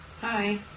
Hi